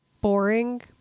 boring